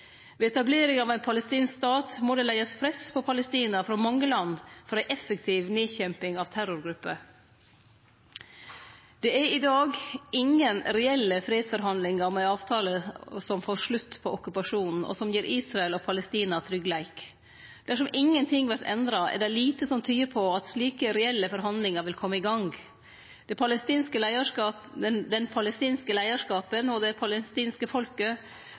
Ved etablering av ein palestinsk stat må det leggjast press på Palestina frå mange land for ei effektiv nedkjemping av terrorgrupper. Det er i dag ingen reelle fredsforhandlingar om ein avtale som får slutt på okkupasjonen, og som gir Israel og Palestina tryggleik. Dersom ingenting vert endra, er det lite som tyder på at slike reelle forhandlingar vil kome i gang. Den palestinske leiarskapen og det palestinske folket må få tru på at det løner seg, og at det